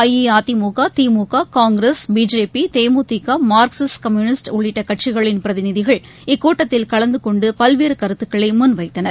AIADMK DMK Congress BJP DMDK Marxist communist உள்ளிட்ட கட்சிகளின் பிரதிநிதிகள் இக்கூட்டத்தில் கலந்து கொண்டு பல்வேறு கருத்துகளை முன்வைத்தனர்